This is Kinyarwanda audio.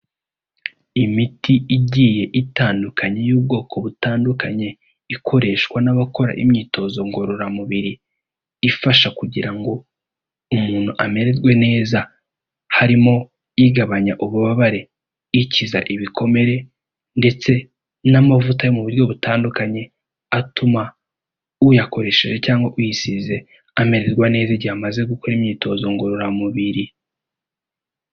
Imiti igiye itandukanye y'ubwoko butandukanye ikoreshwa n'abakora imyitozo ngororamubiri ifasha kugira ngo umuntu amererwe neza, harimo igabanya ububabare, ikiza ibikomere ndetse n'amavuta mu buryo butandukanye atuma uyakoresheje cyangwa uyisize amererwa neza igihe amaze gukora imyitozo ngororamubiri.